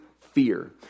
fear